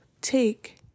take